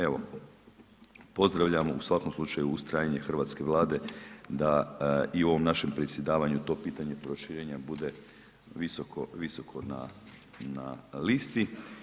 Evo, pozdravljam u svakom slučaju ustrajanje Hrvatske vlade da i u ovom našem predsjedavanju to pitanje proširenja bude visoko, visoko na listi.